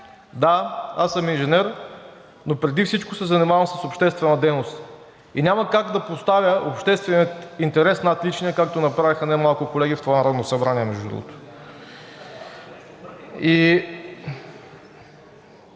Да, аз съм инженер, но преди всичко се занимавам с обществена дейност и няма как да не поставя обществения интерес над личния, както направиха немалко колеги в това Народно събрание между другото. А